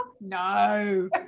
No